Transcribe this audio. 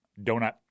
donut